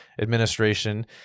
administration